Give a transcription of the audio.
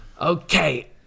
Okay